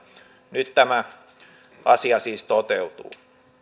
nyt tämä asia siis toteutuu